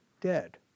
dead